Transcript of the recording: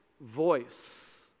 voice